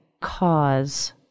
cause